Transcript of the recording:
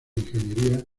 ingeniería